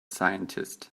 scientist